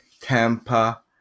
Tampa